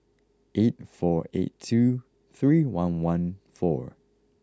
eight four eight two three one one four